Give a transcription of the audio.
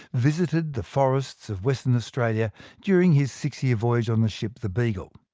visited the forests of western australia during his six year voyage on the ship, the beagle.